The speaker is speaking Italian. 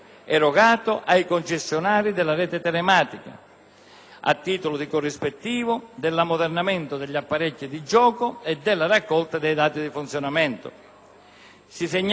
a titolo di corrispettivo dell'ammodernamento degli apparecchi da gioco e della raccolta dei dati di funzionamento. Si segnala, da ultimo, che la Commissione finanze della Camera